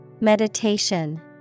Meditation